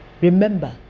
Remember